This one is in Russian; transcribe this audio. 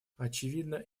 очевидна